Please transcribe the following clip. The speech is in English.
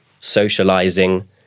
socializing